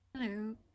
Hello